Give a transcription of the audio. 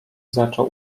zaczął